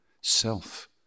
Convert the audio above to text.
self